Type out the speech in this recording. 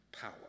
power